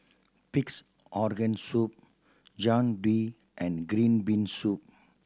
Pig's Organ Soup Jian Dui and green bean soup